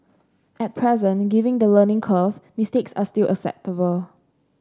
at present given the learning curve mistakes are still acceptable